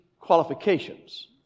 qualifications